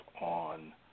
on